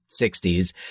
60s